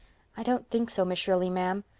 i don't think so, miss shirley, ma'am.